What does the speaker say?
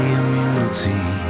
immunity